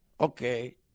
okay